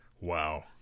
Wow